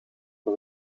per